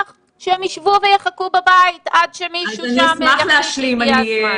שהם יישבו ויחכו בבית עד שמישהו שם יחליט שהגיע הזמן.